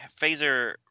phaser –